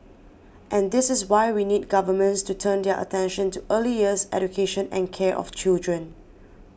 and this is why we need governments to turn their attention to early years education and care of children